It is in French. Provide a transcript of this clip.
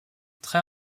très